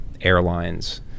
airlines